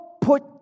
put